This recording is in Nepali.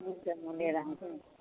हुन्छ म लिएर आउँछु नि